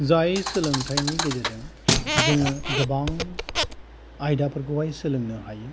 जाय सोलोंथाइनि गेजेरजों जोङो गोबां आयदाफोरखौहाय सोलोंनो हायो